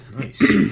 Nice